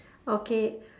okay